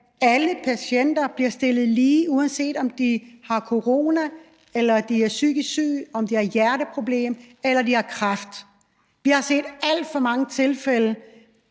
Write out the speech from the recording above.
alle patienter bliver stillet lige, uanset om de har corona, om de er psykisk syge, om de har hjerteproblemer, eller om de har kræft. Vi har set alt for mange tilfælde